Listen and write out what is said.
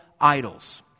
idols